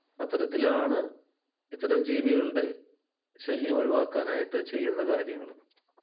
അത്തരത്തിലാണ് ഇത്തരം ജീവികളുടെ ശല്യം ഒഴിവാക്കാനായിട്ട് ചെയ്യുന്ന കാര്യങ്ങൾ